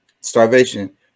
starvation